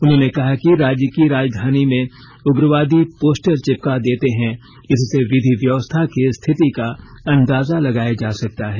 उन्होंने कहा कि राज्य की राजधानी में उग्रवादी पोस्टर चिपका देते हैं इससे विधि व्यवस्था की स्थिति का अंदाजा लगाया जा सकता है